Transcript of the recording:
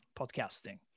podcasting